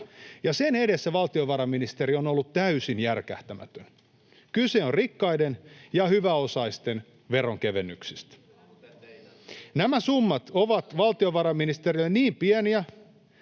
sen edessä valtiovarainministeri on täysin järkähtämätön. Kyse on rikkaiden ja hyväosaisten veronkevennyksistä. [Petri Huru: Kuten teidän!] Nämä summat ovat valtiovarainministerille niin pieniä,